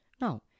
Now